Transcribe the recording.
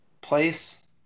place